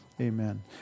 Amen